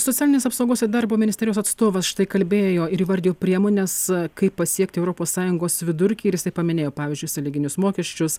socialinės apsaugos ir darbo ministerijos atstovas štai kalbėjo ir įvardijo priemones kaip pasiekti europos sąjungos vidurkį ir jisai paminėjo pavyzdžiui sąlyginius mokesčius